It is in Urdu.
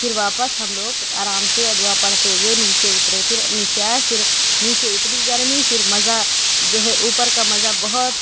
پھر واپس ہم لوگ آرام سے دعا پڑھتے ہوئے نیچے اترے پھر نیچے آئے پھر نیچے اتنی گرمی پھر مزہ جو ہے اوپر کا مزہ بہت